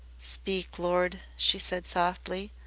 speak, lord, she said softly,